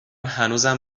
هنوزم